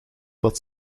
wat